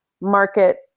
market